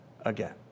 again